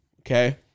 okay